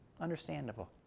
Understandable